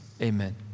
amen